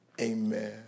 amen